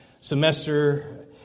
semester